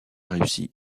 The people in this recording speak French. réussi